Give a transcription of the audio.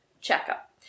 checkup